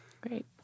Great